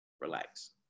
relax